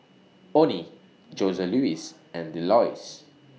Onnie Joseluis and Delois